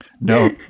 No